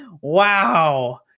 Wow